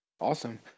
Awesome